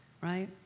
right